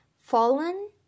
fallen